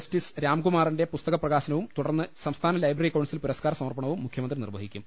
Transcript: justice രാംകുമാറിന്റെ പുസ്തക പ്രകാ ശനവും തുടർന്ന് സംസ്ഥാന ലൈബ്രറി കൌൺസിൽ പുരസ്കാര സമർപ്പണവും മുഖ്യമന്ത്രി നിർവഹിക്കും